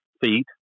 feet